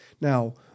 Now